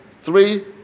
three